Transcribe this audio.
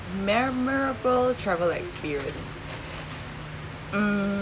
memorable travel experience mm